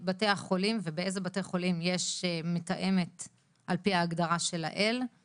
מהמשרד לענייני דתות בכל הנושא של ההלכה שגם כן,